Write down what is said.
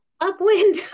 upwind